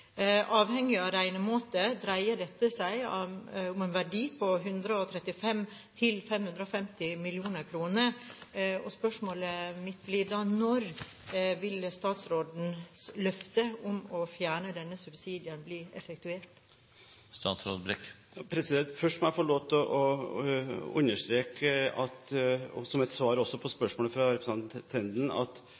Avhengig av regnemåte dreier dette seg om en verdi på 135–550 mill. kr, og spørsmålet mitt er: Når vil statsrådens løfte om å fjerne denne subsidien bli effektuert? Først må jeg få lov til å understreke, også som et svar på spørsmålet fra representanten Tenden, at